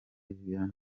vianney